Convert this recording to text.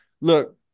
look